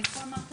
איפה אמרת